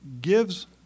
gives